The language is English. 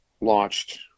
launched